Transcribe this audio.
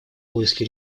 поиски